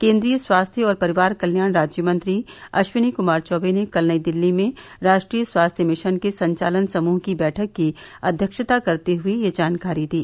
केन्द्रीय स्वास्थ्य और परिवार कल्याण राज्यमंत्री अश्विनी कृमार चौवे ने कल नई दिल्ली में राष्ट्रीय स्वास्थ्य मिशन के संचालन समूह की बैठक की अध्यक्षता करते हुए यह जानकारी दी